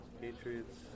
Patriots